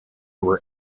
were